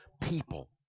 people